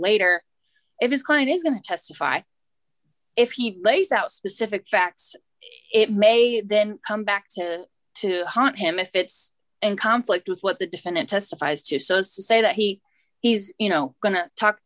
later if his client is going to testify if he lays out specific facts it may then come back to to haunt him if it's in conflict with what the defendant testifies to so say that he he's you know going t